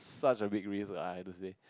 such a big risk I I have to say